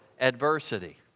adversity